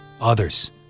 others